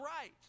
right